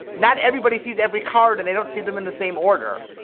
not everybody sees every card, and they don't see them in the same order.